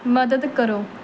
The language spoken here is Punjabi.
ਮਦਦ ਕਰੋ